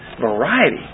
Variety